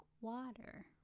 water